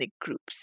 groups